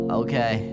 okay